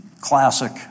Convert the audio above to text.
classic